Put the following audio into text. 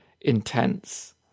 intense